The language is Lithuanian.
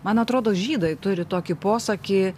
man atrodo žydai turi tokį posakį